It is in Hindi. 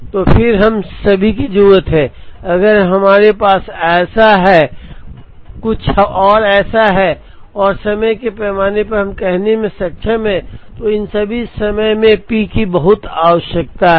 तो फिर हम सभी की जरूरत है अगर हमारे पास ऐसा कुछ है और समय के पैमाने पर हम कहने में सक्षम हैं तो इन सभी समय में पी की बहुत आवश्यकता है